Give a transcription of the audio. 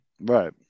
Right